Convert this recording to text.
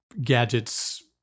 gadgets